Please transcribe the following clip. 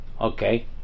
Okay